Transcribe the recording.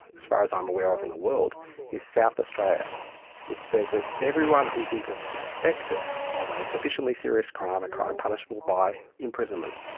as far as i'm aware of, in the world is south australia which says that everyone who is even suspected of a sufficiently serious crime, a crime punishable by imprisonment,